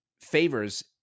favors